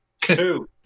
Two